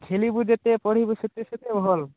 ଖେଳିବୁ ଯେତେ ପଢ଼ିବୁ ସେତେ ସେତେ ଭଲ୍